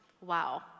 Wow